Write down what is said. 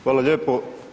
Hvala lijepo.